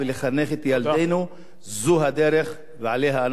זו הדרך ועליה אנחנו נגדל ונחנך.